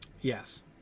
Yes